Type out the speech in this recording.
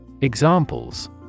Examples